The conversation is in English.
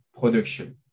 production